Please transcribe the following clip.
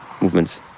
movements